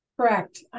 Correct